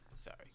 sorry